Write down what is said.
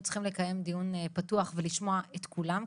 צריכים לקיים דיון פתוח ולשמוע את כולם,